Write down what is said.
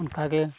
ᱚᱱᱠᱟᱜᱮ